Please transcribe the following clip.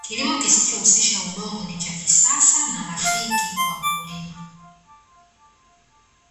Kilimo kisichohusisha udongo ni cha kisasa na rafiki kwa mkulima.